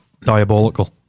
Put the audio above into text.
diabolical